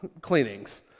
cleanings